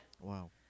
Wow